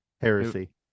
Heresy